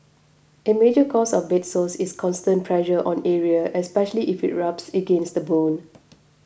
a major cause of bed sores is constant pressure on area especially if it rubs against the bone